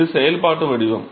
இது செயல்பாட்டு வடிவம்